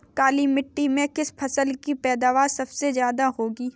काली मिट्टी में किस फसल की पैदावार सबसे ज्यादा होगी?